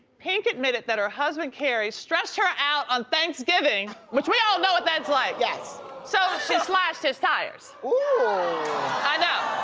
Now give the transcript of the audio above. pink admitted that her husband carey stressed her out on thanksgiving, which we all know what that's like, so she slashed his tires. i know,